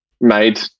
made